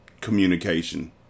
communication